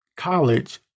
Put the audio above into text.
College